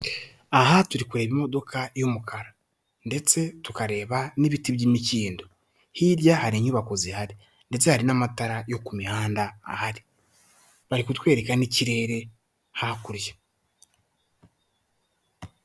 Aha turi kureba imodoka y'umukara ndetse tukareba n'ibiti by'imikindo, hirya hari inyubako zihari ndetse hari n'amatara yo ku mihanda ahari, bari kutwereka n'ikirere hakurya.